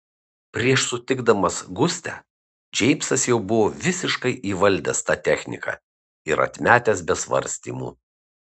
prieš sutikdamas gustę džeimsas jau buvo visiškai įvaldęs tą techniką ir atmetęs be svarstymų